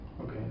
Okay